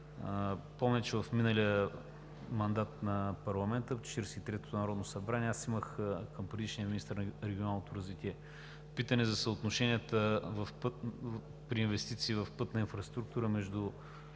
Помня, че в миналия мандат на парламента – Четиридесет и третото народно събрание, аз имах към предишния министър на регионалното развитие питане за съотношенията при инвестиции в пътна инфраструктура между